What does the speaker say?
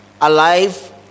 alive